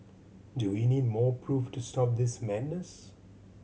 do we need more proof to stop this madness